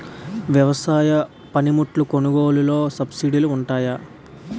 వ్యవసాయ పనిముట్లు కొనుగోలు లొ సబ్సిడీ లు వుంటాయా?